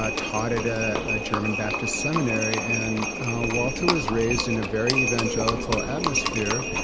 ah taught at a german baptist seminary. and walter was raised in a very evangelical atmosphere,